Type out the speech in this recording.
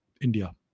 India